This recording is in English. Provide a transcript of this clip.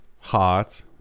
hot